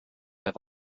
have